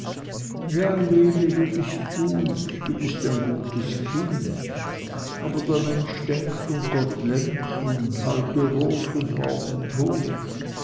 ja lene du bist gut du bist ein gutes kind aber der mensch denkt un gott lenkt un heute rot un morgen tot